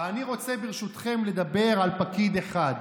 ואני רוצה ברשותכם לדבר על פקיד אחד.